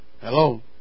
hello